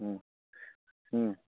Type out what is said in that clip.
ହୁଁ ହୁଁ